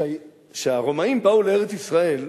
כשהרומאים באו לארץ ישראל,